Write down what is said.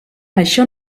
això